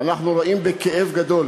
אנחנו רואים בכאב גדול